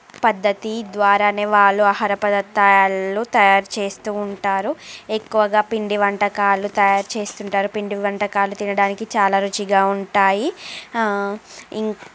పద్ధతి ద్వారానే వాళ్ళు ఆహార పదార్థాలు తయారు చేస్తూ ఉంటారు ఎక్కువగా పిండి వంటకాలు తయారు చేస్తూ ఉంటారు పిండి వంటకాలు తినడానికి చాలా రుచిగా ఉంటాయి ఈ